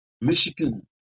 Michigan